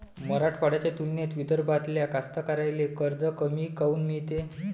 मराठवाड्याच्या तुलनेत विदर्भातल्या कास्तकाराइले कर्ज कमी काऊन मिळते?